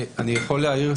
אני יכול להעיר?